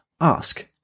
ask